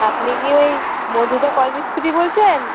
আপনি কি ওই মধুদা কল মিস্ত্রি বলছেন